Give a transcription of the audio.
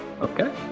Okay